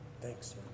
Thanks